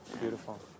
Beautiful